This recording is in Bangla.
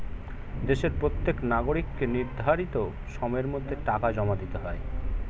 দেশের প্রত্যেক নাগরিককে নির্ধারিত সময়ের মধ্যে টাকা জমা দিতে হয়